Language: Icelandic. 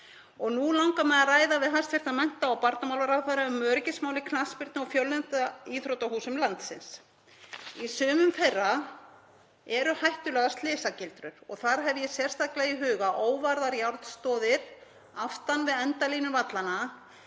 Nú langar mig að ræða við hæstv. mennta- og barnamálaráðherra um öryggismál í knattspyrnu- og fjölnota íþróttahúsum landsins. Í sumum þeirra eru hættulegar slysagildrur. Þar hef ég sérstaklega í huga óvarðar járnstoðir aftan við endalínur vallanna